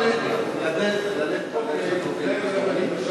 מה הם מחפשים